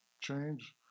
change